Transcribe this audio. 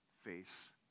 face